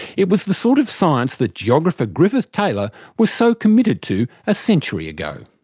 it was the sort of science that geographer griffith taylor was so committed to a century ago.